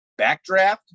Backdraft